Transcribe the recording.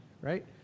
right